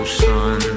sun